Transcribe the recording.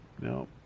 no